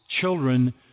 children